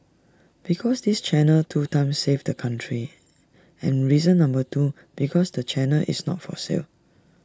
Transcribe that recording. because this channel two times saved the country and reason number two because the channel is not for sale